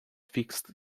fixed